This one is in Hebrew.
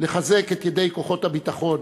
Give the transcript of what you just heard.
לחזק את ידי כוחות הביטחון